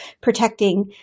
protecting